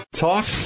Talk